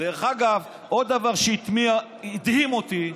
דרך אגב, עוד דבר שהדהים אותי: